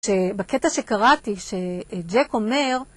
שבקטע שקראתי שג'ק אומר